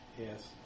Yes